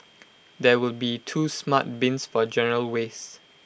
there will be two smart bins for general waste